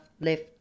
left